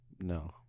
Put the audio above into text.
No